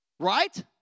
Right